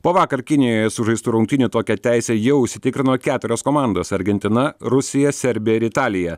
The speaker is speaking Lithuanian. po vakar kinijoje sužaistų rungtynių tokią teisę jau užsitikrino keturios komandos argentina rusija serbija ir italija